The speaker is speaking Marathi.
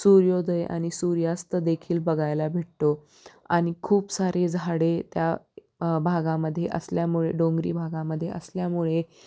सूर्योदय आणि सूर्यास्त देखील बघायला भेटतो आणि खूप सारे झाडे त्या भागामध्ये असल्यामुळे डोंगरी भागामध्ये असल्यामुळे